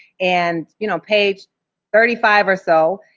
and, you know, page thirty five or so,